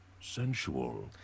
Sensual